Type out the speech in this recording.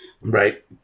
right